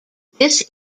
this